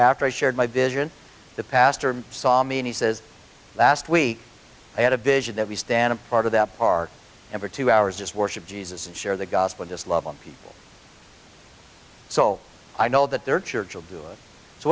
after a shared my vision the pastor saw me and he says last week i had a bit of that we stand a part of that part and for two hours just worship jesus and share the gospel just love on people so i know that their church will do